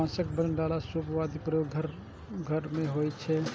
बांसक बनल डाला, सूप आदिक प्रयोग घर घर मे होइ छै